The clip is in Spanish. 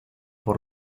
por